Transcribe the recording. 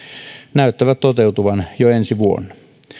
näyttävät toteutuvan jo ensi vuonna